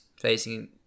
facing